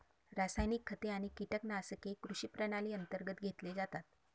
रासायनिक खते आणि कीटकनाशके कृषी प्रणाली अंतर्गत घेतले जातात